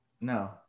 No